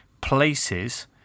places